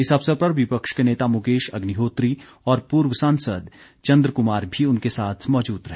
इस अवसर पर विपक्ष के नेता मुकेश अग्निहोत्री और पूर्व सांसद चन्द्र कुमार भी उनके साथ मौजूद रहे